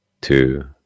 two